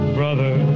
brother